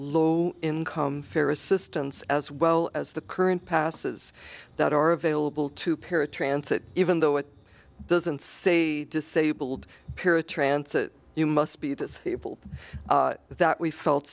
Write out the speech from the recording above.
low income fair assistance as well as the current passes that are available to paratransit even though it doesn't say disabled paratransit you must be disabled that we felt